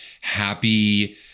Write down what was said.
happy